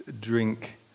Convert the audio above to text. drink